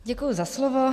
Děkuji za slovo.